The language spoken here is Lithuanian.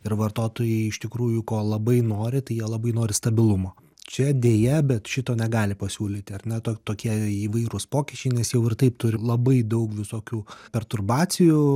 ir vartotojai iš tikrųjų ko labai nori tai jie labai nori stabilumo čia deja bet šito negali pasiūlyti ar ne to tokie įvairūs pokyčiai nes jau ir taip turim labai daug visokių perturbacijų